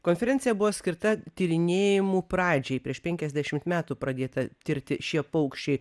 konferencija buvo skirta tyrinėjimų pradžiai prieš penkiasdešimt metų pradėta tirti šie paukščiai